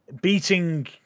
beating